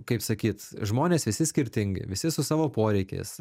kaip sakyt žmonės visi skirtingi visi su savo poreikiais